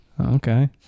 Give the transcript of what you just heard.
Okay